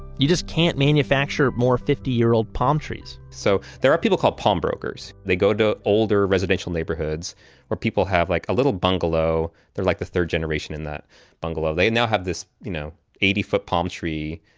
you just can't manufacture more fifty year old palm trees so there are people called palm brokers. they go to older residential neighborhoods where people have like a little bungalow, they're like the third generation in that bungalow. they and now have this you know eighty foot palm tree,